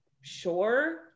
Sure